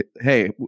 Hey